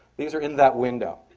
these are in that window.